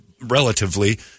relatively